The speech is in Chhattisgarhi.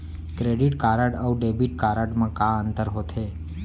क्रेडिट कारड अऊ डेबिट कारड मा का अंतर होथे?